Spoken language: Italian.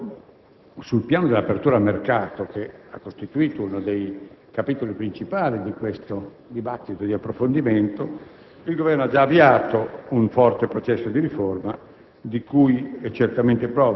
Intanto, sul piano dell'apertura al mercato, che ha costituito uno dei capitoli principali di questo dibattito di approfondimento, il Governo ha già avviato un forte processo di riforma,